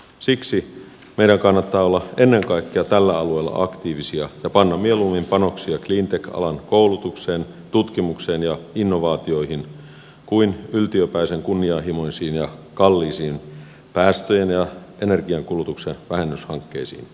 siksi meidän kannattaa olla ennen kaikkea tällä alueella aktiivisia ja panna mieluummin panoksia cleantech alan koulutukseen tutkimukseen ja innovaatioihin kuin yltiöpäisen kunnianhimoisiin ja kalliisiin päästöjen ja energiankulutuksen vähennyshankkeisiin